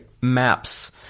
maps